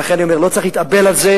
ולכן אני אומר, לא צריך להתאבל על זה.